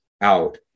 out